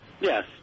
Yes